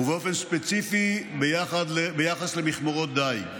ובאופן ספציפי, ביחס למכמורות דיג.